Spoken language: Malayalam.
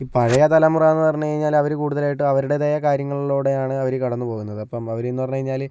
ഈ പഴയ തലമുറയെന്ന് പറഞ്ഞു കഴിഞ്ഞാല് അവര് കൂടുതലായിട്ടും അവരുടേതായ കാര്യങ്ങളിലൂടെയാണ് അവര് കടന്നു പോകുന്നത് അപ്പോൾ അവര് എന്ന് പറഞ്ഞു കഴിഞ്ഞാല്